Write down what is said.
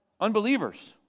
Unbelievers